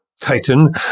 Titan